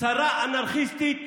שרה אנרכיסטית,